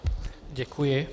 Děkuji.